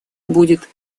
будет